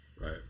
Right